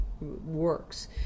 works